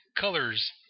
colors